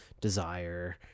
desire